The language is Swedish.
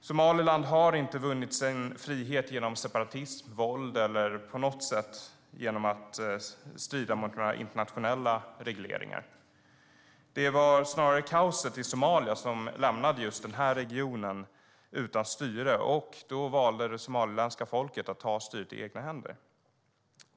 Somaliland har inte vunnit sin frihet genom separatism, våld eller på något sätt genom att bryta mot internationella regleringar. Det var snarare kaoset i Somalia som lämnade just denna region utan styre, och då valde Somalilands folk att ta styret i egna händer.